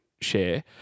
share